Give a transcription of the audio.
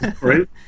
Right